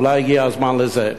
אולי הגיע הזמן לזה.